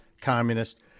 communist